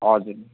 हजुर